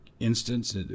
instance